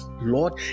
Lord